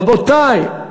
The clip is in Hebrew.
רבותי,